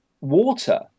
water